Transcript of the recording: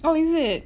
oh is it